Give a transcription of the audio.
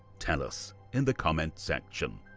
tell us in the comments section.